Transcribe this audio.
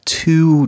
two